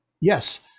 yes